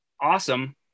awesome